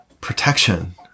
protection